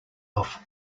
off